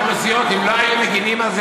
אם לא היינו מגינים על זה,